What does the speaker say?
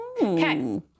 Okay